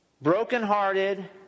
brokenhearted